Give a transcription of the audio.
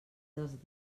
dels